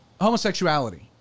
Homosexuality